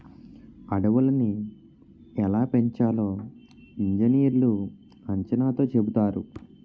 అడవులని ఎలా పెంచాలో ఇంజనీర్లు అంచనాతో చెబుతారు